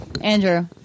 Andrew